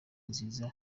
nziza